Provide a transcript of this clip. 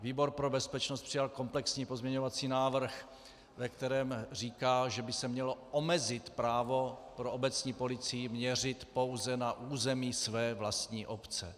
Výbor pro bezpečnost přijal komplexní pozměňovací návrh, ve kterém říká, že by se mělo omezit právo pro obecní policii měřit pouze na území své vlastní obce.